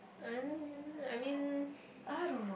um I mean